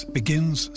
begins